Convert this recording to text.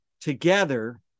together